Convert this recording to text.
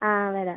ആ വരാം